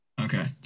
Okay